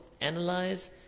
analyze